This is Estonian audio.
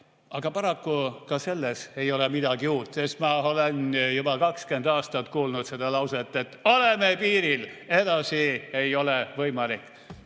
Aga paraku ka selles ei ole midagi uut, sest ma olen juba 20 aastat kuulnud seda lauset, et oleme piiril, edasi ei ole võimalik.